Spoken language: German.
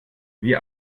wie